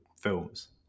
films